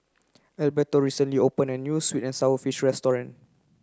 Alberto recently opened a new sweet and sour fish restaurant